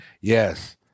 Yes